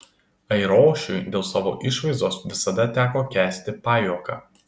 airošiui dėl savo išvaizdos visada teko kęsti pajuoką